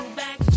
back